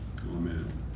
Amen